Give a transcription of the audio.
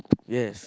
yes